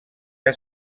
que